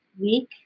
week